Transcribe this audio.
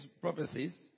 prophecies